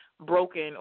broken